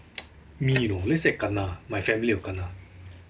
me you know let's say I kena my family will kena